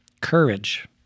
courage